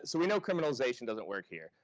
so we know criminalization doesn't work here.